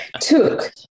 took